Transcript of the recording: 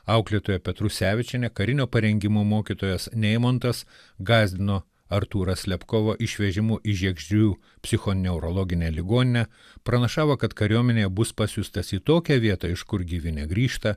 auklėtoja petrusevičienė karinio parengimo mokytojas neimontas gąsdino artūrą slepkovą išvežimu į žiegždrių psichoneurologinę ligoninę pranašavo kad kariuomenėje bus pasiųstas į tokią vietą iš kur gyvi negrįžta